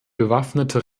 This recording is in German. bewaffnete